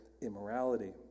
immorality